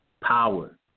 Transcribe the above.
power